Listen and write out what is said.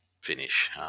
finish